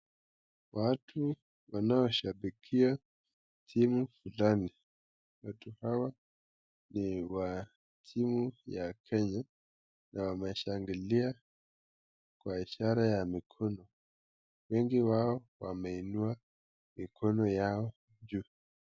Watu wanaoshabikia timu fulani ,watu hawa ni wa timu ya Kenya na wanashangilia kwa ishara ya mikono , wengi wao wameinua mikono yao juu.